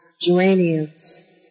Geraniums